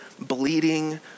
bleeding